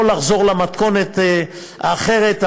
או לחזור למתכונת האחרת,